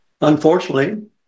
Unfortunately